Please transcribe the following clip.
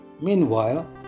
Meanwhile